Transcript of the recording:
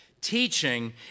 Teaching